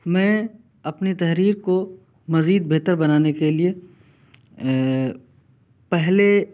میں اپنی تحریر کو مزید بہتر بنانے کے لیے پہلے